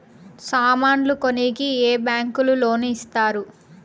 సామాన్లు కొనేకి ఏ బ్యాంకులు లోను ఇస్తారు?